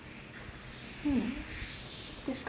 mm this [one]